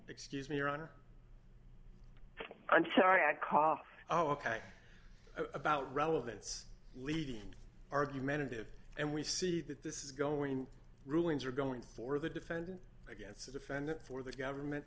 excuse me your honor i'm sorry i cough oh ok about relevance leading argumentative and we see that this is going rulings are going for the defendant against the defendant for the government